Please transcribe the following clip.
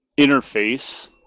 interface